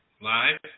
live